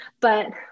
but-